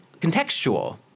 contextual